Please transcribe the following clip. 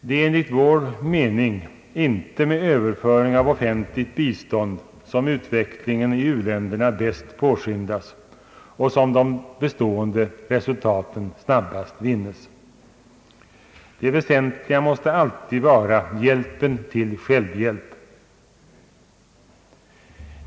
Det är enligt vår mening inte med överföring av offentligt bistånd som utvecklingen i u-länderna bäst påskyndas och som de bestående resultaten snabbast vinnes. Det väsentliga måste alltid vara hjälpen till självhjälp.